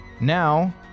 Now